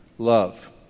Love